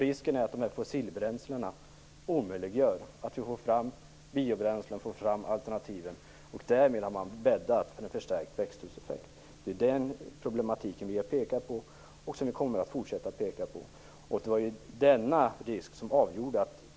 Risken är att användningen av fossilbränslen omöjliggör framtagandet av biobränslen, av alternativ. Därmed har man bäddat för en förstärkt växthuseffekt. Det är den problematiken som vi har pekat på och som vi fortsätter att peka på. Det var ju denna risk som var avgörande.